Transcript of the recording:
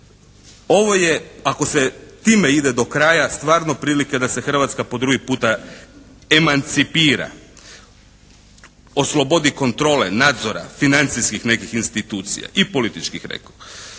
Ovo je ako se time ide do kraja, stvarno prilika da se Hrvatska po drugi puta emancipira, oslobodi kontrole, nadzora, financijskih nekih institucija i političkih rekoh.